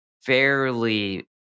fairly